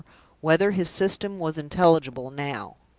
whether his system was intelligible now?